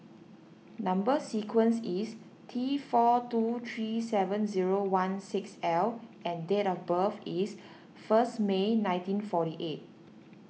Number Sequence is T four two three seven zero one six L and date of birth is first May nineteen forty eight